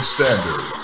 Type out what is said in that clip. Standard